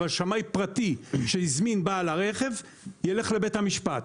אבל שמאי פרטי שהזמין בעל הרכב ילך לבית המשפט.